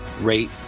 rate